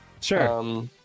sure